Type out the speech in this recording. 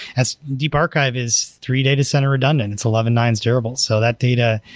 as deep archive is three data center had done and it's eleven nine s durable. so that data,